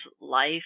life